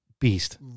beast